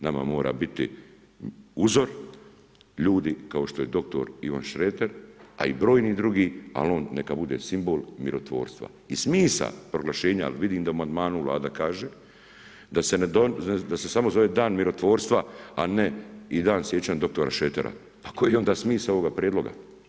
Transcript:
Nama mora biti uzor ljudi kao što je dr. Ivan Šreter, a i brojni drugi, al on neka bude simbol mirotvorstva i smisao proglašenja, ali vidim da u amandmanu Vlada kaže da se samo zove dan mirotvorstva, a ne i dan sjećanja dr. Šretera pa koji je onda smisao ovoga prijedloga?